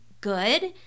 good